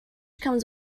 comes